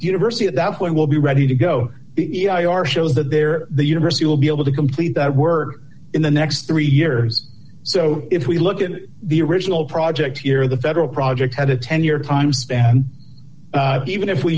university at that point will be ready to go if you are shows that there the university will be able to complete that we're in the next three years so if we look at the original project here the federal project had a ten year time span even if we